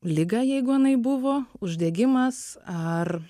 ligą jeigu jinai buvo uždegimas ar